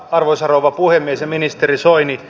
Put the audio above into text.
arvoisa rouva puhemies ja ministeri soini